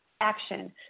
action